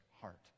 heart